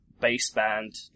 baseband